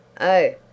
Oh